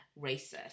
racist